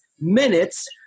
minutes